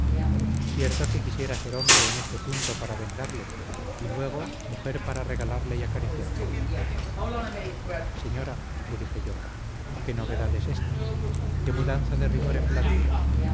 cierto que quisiera ser hombre en este punto para vengarle y luego mujer para regalarle y acariciarle señora le dije yo qué novedad es esta qué mudanza de rigor en blandura de